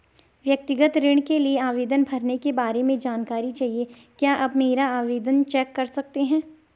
व्यक्तिगत ऋण के लिए आवेदन भरने के बारे में जानकारी चाहिए क्या आप मेरा आवेदन चेक कर सकते हैं?